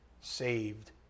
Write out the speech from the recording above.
saved